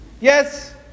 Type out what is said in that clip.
Yes